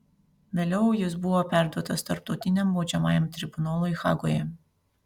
vėliau jis buvo perduotas tarptautiniam baudžiamajam tribunolui hagoje